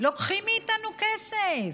לוקחים מאיתנו כסף.